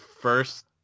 first